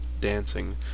dancing